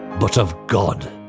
but of god.